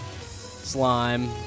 slime